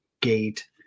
gate